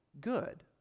good